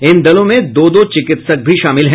इन दलों में दो दो चिकित्सक भी शामिल हैं